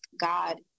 God